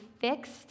fixed